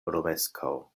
romeskaŭ